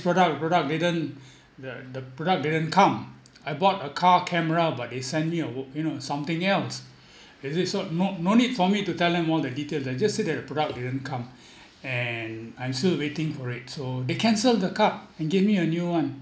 product product didn't the the product didn't come I bought a car camera but they sent me a w~ you know something else is it so no no need for me to tell them all the details I just said that the product didn't come and I'm still waiting for it so they cancel the card and gave me a new one